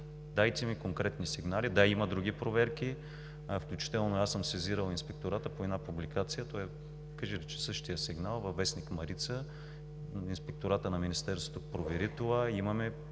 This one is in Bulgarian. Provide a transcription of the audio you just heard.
Дайте ми конкретни сигнали. Да, има други проверки. Включително аз съм сезирал Инспектората по една публикация. Той е, кажи речи, същият сигнал във вестник „Марица“. Инспекторатът на Министерството провери това. Има